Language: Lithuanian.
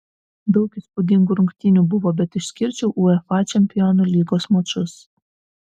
daug įspūdingų rungtynių buvo bet išskirčiau uefa čempionų lygos mačus